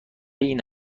این